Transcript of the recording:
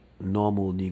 normal